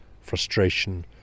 frustration